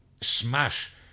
smash